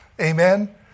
Amen